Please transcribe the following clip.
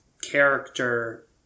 character